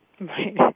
Right